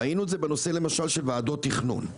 ראינו את זה בנושא למשל של ועדות תכנון.